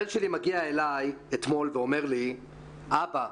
הבן שלי מגיע אליי אתמול ואומר לי: אבא,